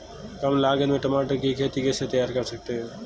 कम लागत में टमाटर की खेती कैसे तैयार कर सकते हैं?